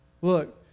Look